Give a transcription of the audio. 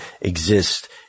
exist